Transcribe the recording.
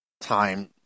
time